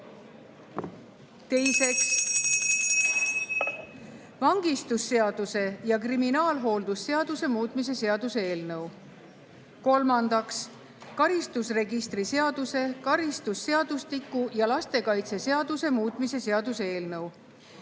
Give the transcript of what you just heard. Teiseks, vangistusseaduse ja kriminaalhooldusseaduse muutmise seaduse eelnõu. Kolmandaks, karistusregistri seaduse, karistusseadustiku ja lastekaitseseaduse muutmise seaduse eelnõu.